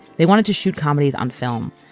they wanted to shoot comedies on film,